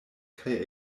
kaj